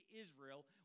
Israel